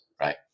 right